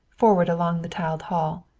forward along the tiled hall.